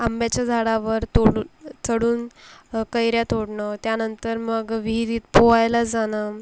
आंब्याच्या झाडावर तोडू चढून कैऱ्या तोडणं त्यानंतर मग विहिरीत पोहायला जाणं